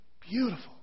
beautiful